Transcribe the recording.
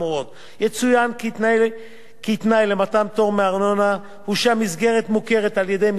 יצוין כי תנאי למתן פטור מארנונה הוא שהמסגרת מוכרת על-ידי משרד הרווחה